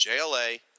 JLA